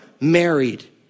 married